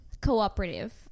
Cooperative